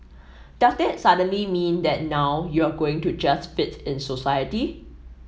does that suddenly mean that now you're going to just fit in society